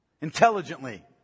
Intelligently